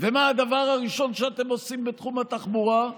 ומה הדבר הראשון שאתם עושים בתחום התחבורה?